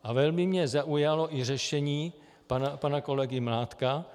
A velmi mě zaujalo i řešení pana kolegy Mládka.